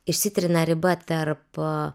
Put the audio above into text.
išsitrina riba tarp